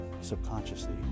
subconsciously